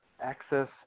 access